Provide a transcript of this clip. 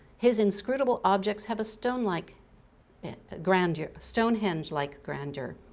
his inscrutable objects have a stone-like grandeur, stonehenge-like grandeur,